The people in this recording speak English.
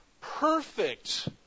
perfect